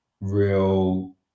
real